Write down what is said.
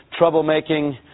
troublemaking